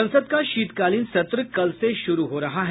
संसद का शीतकालीन सत्र कल से शुरू हो रहा है